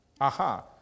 Aha